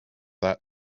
that